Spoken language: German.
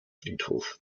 friedhof